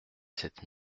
sept